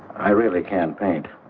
i really can't paint.